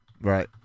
Right